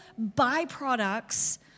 byproducts